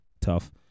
tough